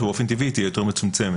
שבאופן טבעי תהיה יותר מצומצמת.